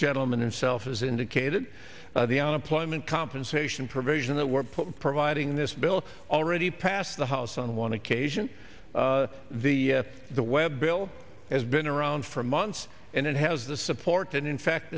gentleman in self has indicated the unemployment compensation provision that were put in providing this bill already passed the house on one occasion the the web bill has been around for months and it has the support and in fact